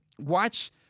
Watch